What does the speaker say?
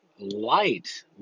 light